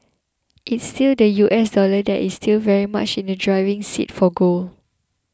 it's still the U S dollar that is still very much in the driving seat for gold